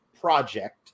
project